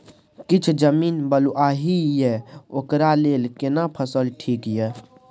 किछ जमीन बलुआही ये ओकरा लेल केना फसल ठीक ये?